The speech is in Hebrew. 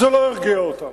זה לא הרגיע אותם